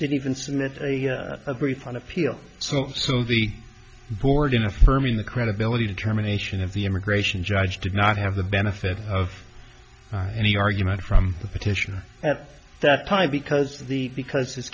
didn't even submit a brief on appeal so some of the board in affirming the credibility determination of the immigration judge did not have the benefit of any argument from the petition at that time because the because this